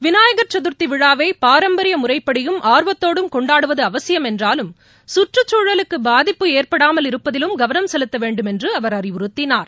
விநாயகர் சதுர்த்திவிழாவைபாரம்பரியமுறைப்படியும் ஆர்வத்தோடும் கொண்டாடுவதுஅவசியம் என்றாலும் சுற்றுச்சூழலுக்குபாதிப்பு ஏற்படாமல் இருப்பதிலும் கவனம் செலுத்தவேண்டும் என்றுஅவர் அறிவுறுத்தினார்